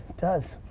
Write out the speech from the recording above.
does.